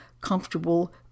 comfortable